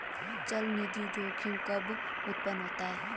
चलनिधि जोखिम कब उत्पन्न होता है?